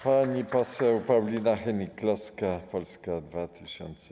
Pani poseł Paulina Hennig-Kloska, Polska 2050.